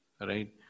Right